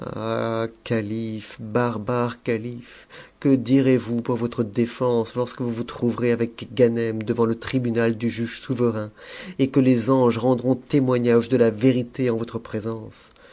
calife barbare calife que direz-vous pour votre défense lorsque vous vous trouverez avec ganem devant le tribunal du juge souverain et que les anges rendront témoignage de la vérité en votre présence